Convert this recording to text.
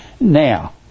Now